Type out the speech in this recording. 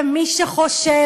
ומי שחושב,